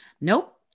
nope